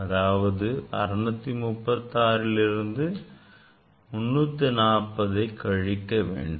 அதாவது 636 ல் இருந்து 340 கழிக்க வேண்டும்